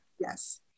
Yes